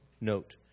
note